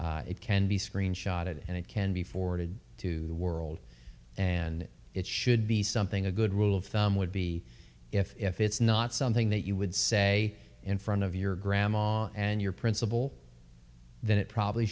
it can be screenshot it and it can be forwarded to the world and it should be something a good rule of thumb would be if it's not something that you would say in front of your grandma and your principle that it probably